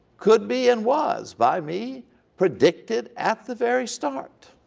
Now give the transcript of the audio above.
could be and was by me predicted at the very start.